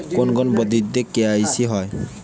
কোন কোন পদ্ধতিতে কে.ওয়াই.সি হয়?